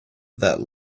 that